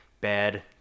bad